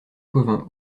cauvin